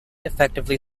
effectively